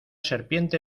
serpiente